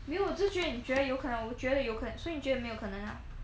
没有我只是觉得你觉得有可能啊我觉得有可能所以你觉得没有可能 ah